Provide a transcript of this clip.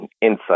insight